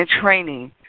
training